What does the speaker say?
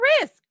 risk